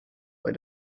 bei